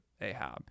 Ahab